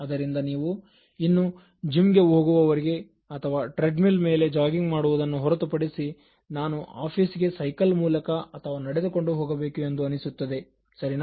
ಅದರಿಂದ ನೀವು ಇನ್ನು ಜಿಮ್ ಗೆ ಹೋಗುವವರಿಗೆ ಅಥವಾ ಟ್ರೆಡ್ ಮಿಲ್ ಮೇಲೆ ಜಾಗಿಂಗ್ ಮಾಡುವುದನ್ನು ಹೊರತುಪಡಿಸಿ ನಾನು ಆಫೀಸಿಗೆ ಸೈಕಲ್ ಮೂಲಕ ಅಥವಾ ನಡೆದುಕೊಂಡು ಹೋಗಬೇಕು ಎಂದು ಅನಿಸುತ್ತದೆ ಸರಿನಾ